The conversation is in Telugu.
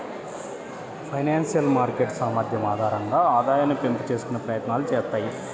ఫైనాన్షియల్ మార్కెట్ సామర్థ్యం ఆధారంగా ఆదాయాన్ని పెంపు చేసుకునే ప్రయత్నాలు చేత్తాయి